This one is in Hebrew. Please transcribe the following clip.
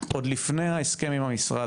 עוד לפני ההסכם עם המשרד,